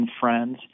friends